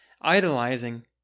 idolizing